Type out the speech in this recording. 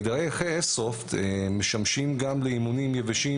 אקדחי איירסופט משמשים גם לאימונים יבשים